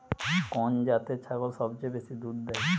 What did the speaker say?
কোন জাতের ছাগল সবচেয়ে বেশি দুধ দেয়?